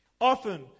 Often